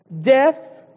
death